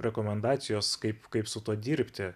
rekomendacijos kaip kaip su tuo dirbti